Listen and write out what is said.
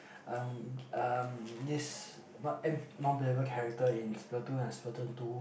um um yes but um non playable character in Spartan one and Spartan two